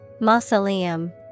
Mausoleum